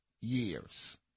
years